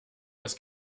was